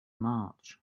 march